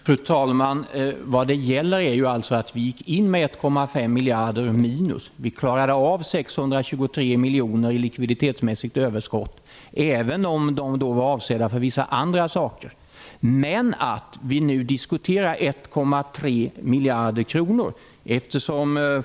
Fru talman! Vad det gäller är att vi tog över ett minus på 1,5 miljarder. Vi klarade att åstadkomma ett likviditetsmässigt överskott på 623 miljoner, även om dessa pengar var avsedda för vissa andra saker. Men vi diskuterar nu 1,3 miljarder kronor.